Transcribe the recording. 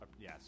Yes